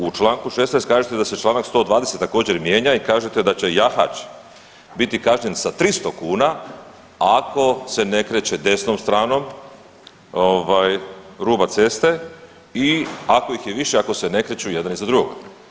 U članku 16. kažete da se članak 120. također mijenja i kažete da će jahač biti kažnjen sa 300 kuna ako se ne kreće desnom stranom ruba ceste i ako ih je više, ako se ne kreću jedan iza drugog.